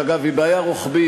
שאגב היא בעיה רוחבית,